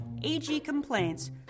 agcomplaints